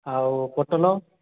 ଆଉ ପୋଟଲ